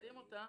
מטרידים אותה,